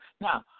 now